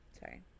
sorry